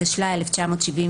התשל"א-1971.